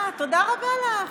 אה, תודה רבה לך.